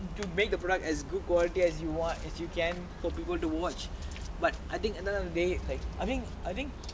you make a product as good quality as you want as you can for people to watch but I think at the end of the day like I mean I think